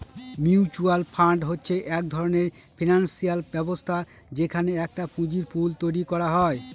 mutual fund হচ্ছে এক ধরনের ফিনান্সিয়াল ব্যবস্থা যেখানে একটা পুঁজির পুল তৈরী করা হয়